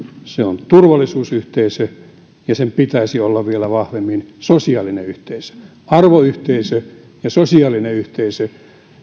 se on turvallisuusyhteisö ja sen pitäisi olla vielä vahvemmin sosiaalinen yhteisö arvoyhteisö ja sosiaalinen yhteisö